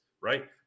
right